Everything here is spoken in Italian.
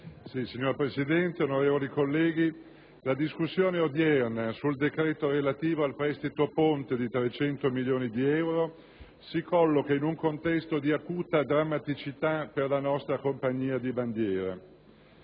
Signor Presidente, onorevoli colleghi, la discussione odierna sul decreto relativo al prestito ponte di 300 milioni di euro si colloca in un contesto di acuta drammaticità per la nostra compagnia di bandiera.